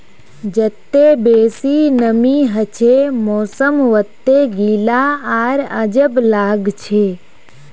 जत्ते बेसी नमीं हछे मौसम वत्ते गीला आर अजब लागछे